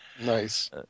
Nice